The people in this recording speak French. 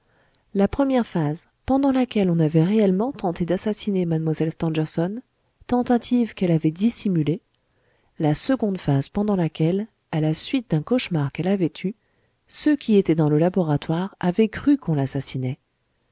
la première phase pendant laquelle on avait réellement tenté d'assassiner mlle stangerson tentative qu'elle avait dissimulée la seconde phase pendant laquelle à la suite d'un cauchemar qu'elle avait eu ceux qui étaient dans le laboratoire avaient cru qu'on l'assassinait